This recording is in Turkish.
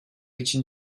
için